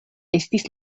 estis